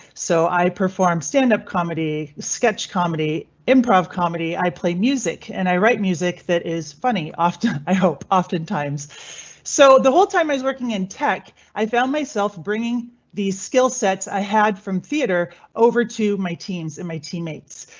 so i perform stand up comedy, sketch, comedy, improv comedy. i play music and i write music that is funny. often, i hope oftentimes so the whole time i was working in tech, i found myself bringing these skill sets i had from theater over to my teams in my teammates.